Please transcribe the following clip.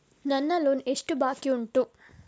ನನ್ನ ಲೋನ್ ಎಷ್ಟು ಬಾಕಿ ಉಂಟು?